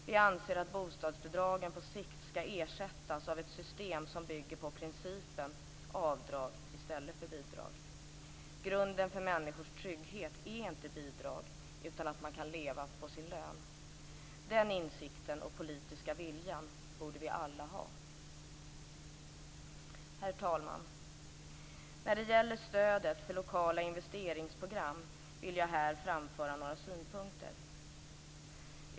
Vi anser att bostadsbidragen på sikt skall ersättas av ett system som bygger på principen avdrag i stället för bidrag. Grunden för människors trygghet är inte bidrag utan att man kan leva på sin lön. Den insikten och politiska viljan borde vi alla ha. Herr talman! När det gäller stödet till lokala investeringsprogram vill jag här framföra några synpunkter.